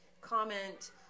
comment